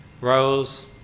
Rose